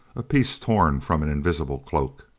a piece torn from an invisible cloak!